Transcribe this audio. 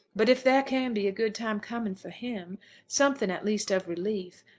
but if there can be a good time coming for him something at least of relief,